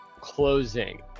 closing